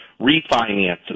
refinances